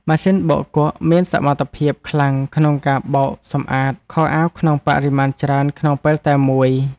ម៉ាស៊ីនបោកគក់មានសមត្ថភាពខ្លាំងក្នុងការបោកសម្អាតខោអាវក្នុងបរិមាណច្រើនក្នុងពេលតែមួយ។